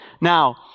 Now